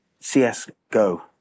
CSGO